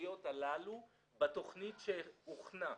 הציבוריות הללו בתוכנית שהוכנה.